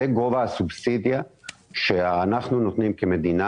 זה גובה הסובסידיה שאנחנו נותנים כמדינה